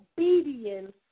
obedience